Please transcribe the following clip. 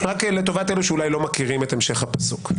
רק לטובת אלו שאולי לא מכירים את המשך הפסוק.